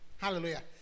Hallelujah